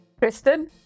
Kristen